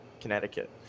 Connecticut